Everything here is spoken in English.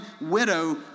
widow